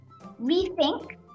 rethink